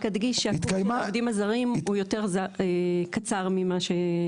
רק אדגיש שהקורס של העובדים הזרים הוא יותר קצר ממה.